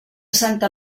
santa